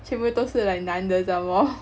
全部都是 like 男的 some more